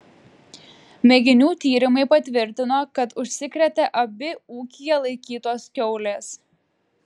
mėginių tyrimai patvirtino kad užsikrėtė abi ūkyje laikytos kiaulės